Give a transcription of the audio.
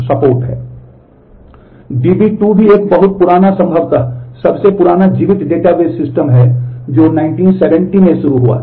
DB 2 भी एक बहुत पुराना संभवत सबसे पुराना जीवित डेटाबेस सिस्टम है जो 1970 में शुरू हुआ था